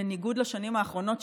בניגוד לשנים האחרונות,